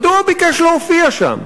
מדוע ביקש להופיע שם?